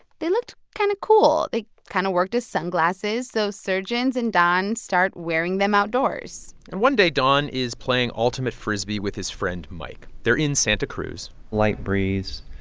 they looked kind of cool. they kind of worked as sunglasses, so surgeons and don start wearing them outdoors and one day, don is playing ultimate frisbee with his friend mike. they're in santa cruz light breeze,